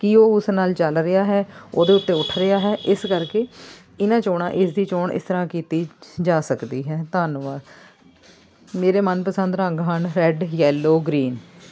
ਕੀ ਉਹ ਉਸ ਨਾਲ ਚੱਲ ਰਿਹਾ ਹੈ ਉਹਦੇ ਉੱਤੇ ਉੱਠ ਰਿਹਾ ਹੈ ਇਸ ਕਰਕੇ ਇਹਨਾਂ ਚੋਣਾਂ ਇਸਦੀ ਚੋਣ ਇਸ ਤਰ੍ਹਾਂ ਕੀਤੀ ਜਾ ਸਕਦੀ ਹੈ ਧੰਨਵਾਦ ਮੇਰੇ ਮਨਪਸੰਦ ਰੰਗ ਹਨ ਰੈਡ ਯੈਲੋ ਗਰੀਨ